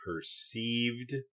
perceived